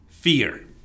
Fear